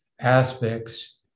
aspects